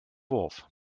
wurf